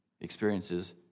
experiences